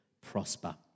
prosper